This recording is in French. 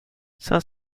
cinq